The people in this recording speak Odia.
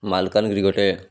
ମାଲକାନଗିରି ଗୋଟେ